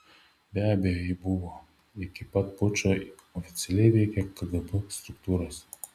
be abejo ji buvo iki pat pučo oficialiai veikė kgb struktūros